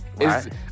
Right